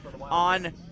on